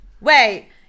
Wait